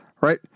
Right